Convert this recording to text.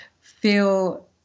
feel